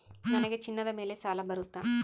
ನನಗೆ ಚಿನ್ನದ ಮೇಲೆ ಸಾಲ ಬರುತ್ತಾ?